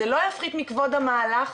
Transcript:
זה לא יפחית מכבוד המהלך,